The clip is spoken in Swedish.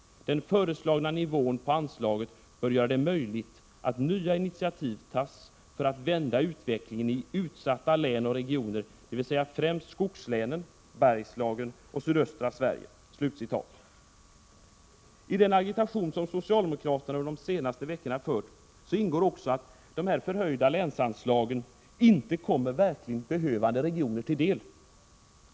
Den föreslagna nivån på anslaget bör göra det möjligt att nya initiativ tas för att vända utvecklingen i utsatta län och regioner, dvs. främst skogslänen, Bergslagen och sydöstra Sverige.” I den agitation som socialdemokraterna under de senaste veckorna fört ingår också att de förhöjda länsanslagen inte kommer de verkligt behövande regionerna till del.